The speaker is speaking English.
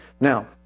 Now